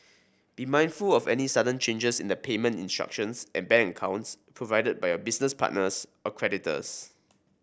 be mindful of any sudden changes in the payment instructions and bank accounts provided by your business partners or creditors